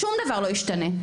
שום דבר לא ישתנה.